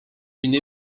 une